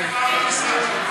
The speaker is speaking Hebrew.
תעבור הלאה.